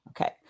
Okay